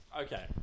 Okay